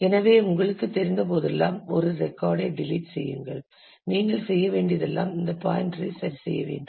எனவே உங்களுக்குத் தெரிந்த போதெல்லாம் ஒரு ரெக்கார்டு ஐ டெலிட் செய்யுங்கள் நீங்கள் செய்ய வேண்டியதெல்லாம் இந்த பாயின்டரை சரிசெய்ய வேண்டும்